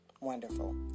Wonderful